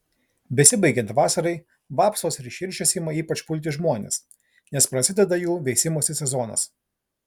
besibaigiant vasarai vapsvos ir širšės ima ypač pulti žmones nes prasideda jų veisimosi sezonas